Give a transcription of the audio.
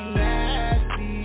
nasty